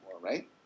right